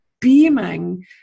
beaming